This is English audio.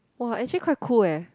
!wah! actually quite cool eh